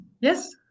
yes